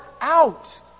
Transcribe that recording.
out